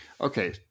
Okay